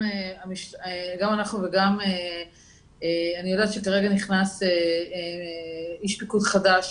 אני יודעת שכרגע נכנס איש פיקוד חדש